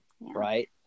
Right